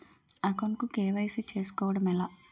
Account కు KYC చేసుకోవడం ఎలా?